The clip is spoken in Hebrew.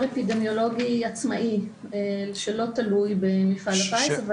אפידמיולוגי עצמאי שאינו תלוי במפעל הפיס.